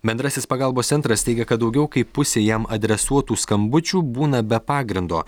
bendrasis pagalbos centras teigia kad daugiau kaip pusė jam adresuotų skambučių būna be pagrindo